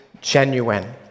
genuine